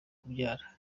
kubyara